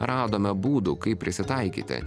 radome būdų kaip prisitaikyti